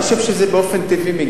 אני חושב שזה מגיע באופן טבעי,